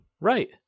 Right